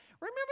Remember